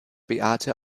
beate